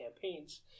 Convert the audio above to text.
campaigns